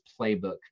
playbook